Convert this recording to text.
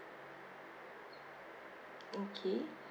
okay